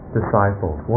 disciples